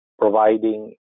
providing